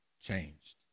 changed